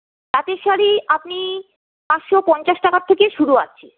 তাঁতের শাড়ি আপনি পাঁচশো পঞ্চাশ টাকার থেকে শুরু আছে